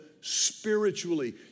spiritually